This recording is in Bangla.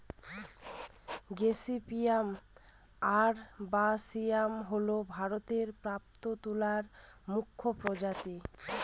গসিপিয়াম আরবাসিয়াম হল ভারতে প্রাপ্ত তুলার মুখ্য প্রজাতি